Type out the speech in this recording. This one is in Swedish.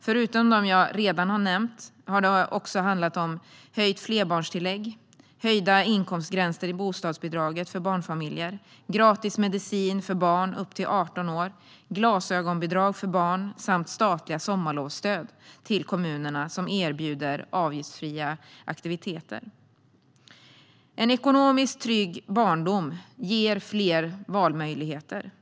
Förutom dem jag redan nämnt har det handlat om höjt flerbarnstillägg, höjda inkomstgränser i bostadsbidraget för barnfamiljer, gratis medicin för barn upp till 18 år, glasögonbidrag för barn samt statligt sommarlovsstöd till kommunerna som erbjuder avgiftsfria aktiviteter. En ekonomiskt trygg barndom ger fler valmöjligheter.